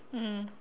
mm